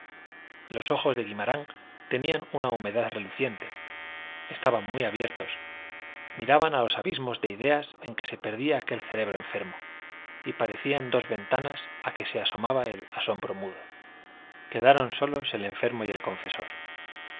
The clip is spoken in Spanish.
los ojos de guimarán tenían una humedad reluciente estaban muy abiertos miraban a los abismos de ideas en que se perdía aquel cerebro enfermo y parecían dos ventanas a que se asomaba el asombro mudo quedaron solos el enfermo y el confesor de